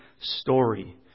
story